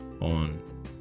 on